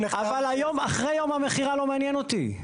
היום, אחרי יום המכירה לא מעניין אותי.